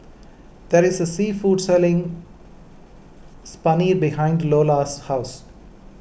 there is a sea food selling behind Iola's house